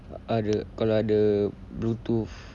ada kalau ada bluetooth